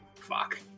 fuck